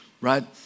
right